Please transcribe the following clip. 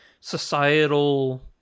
societal